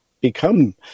become